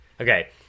okay